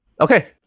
Okay